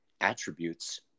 attributes